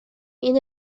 این